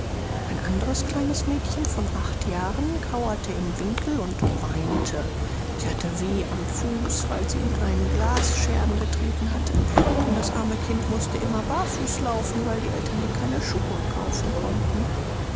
ein anderes kleines mädchen von acht jahren kauerte im winkel und weinte sie hatte weh am fuß weil sie in einen glasscherben getreten hatte denn das arme kind mußte immer barfuß laufen weil die eltern ihr keine schuhe kaufen konnten